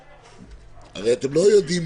הרי אתם לא יודעים